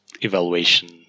evaluation